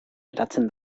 eratzen